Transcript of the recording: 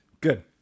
good